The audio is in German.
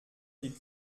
die